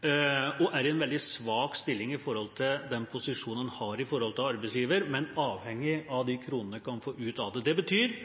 og er i en veldig svak stilling når det gjelder den posisjonen en har overfor arbeidsgiver, men er avhengig av de kronene en kan få ut av det. Det betyr